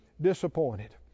disappointed